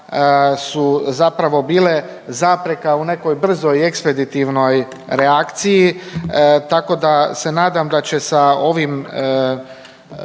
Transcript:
su zapravo bile zapreka u nekoj brzoj i ekspeditivnoj reakciji, tako da se nadam da će sa ovim